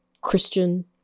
Christian